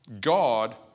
God